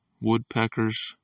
woodpeckers